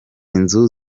inzu